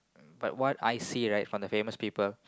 but what I see right from the famous people